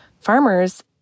farmers